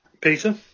Peter